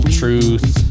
truth